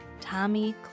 Tommy